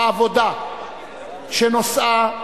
העבודה שנושאה: